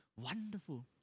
wonderful